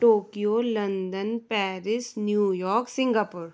Tokyo London Paris New York Singapore